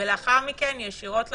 ולאחר מכן ישירות לתקנות.